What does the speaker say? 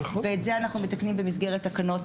ואת זה אנחנו מתקנים במסגרת תקנות,